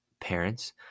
parents